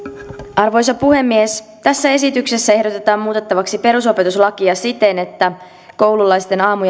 arvoisa puhemies tässä esityksessä ehdotetaan muutettavaksi perusopetuslakia siten että koululaisten aamu